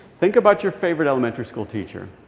think about your favorite elementary school teacher.